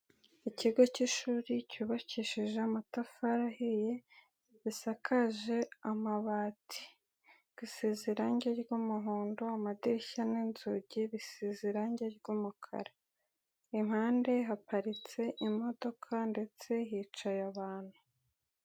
Ikigo cy'ishuri cyubakishije amatafari aheye, gisakaje amabati. Gisezerangi ry'umuhondo, amadirishya n'inzugi bisize irangi ry'umukara. Impande haparitse imodoka ndetse hicaye abantu.